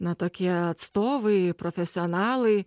na tokie atstovai profesionalai